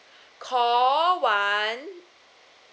call one